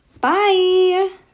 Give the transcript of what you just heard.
bye